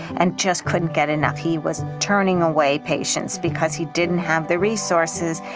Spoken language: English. and just couldn't get enough. he was turning away patients because he didn't have the resources.